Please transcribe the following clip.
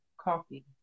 coffee